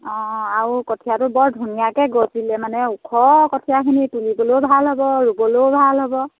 অঁ আৰু কঠীয়াটো বৰ ধুনীয়াকৈ গজিলে মানে ওখ কঠীয়াখিনি তুলিবলৈও ভাল হ'ব ৰুবলৈও ভাল হ'ব